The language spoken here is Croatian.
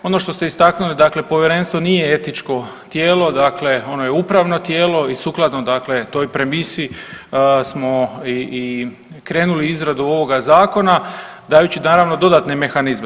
Ono što ste istaknuli, dakle povjerenstvo nije etičko tijelo, dakle ono je upravno tijelo i sukladno dakle toj premisi smo i krenuli u izradu ovog zakona dajući naravno dodatne mehanizme.